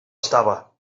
estava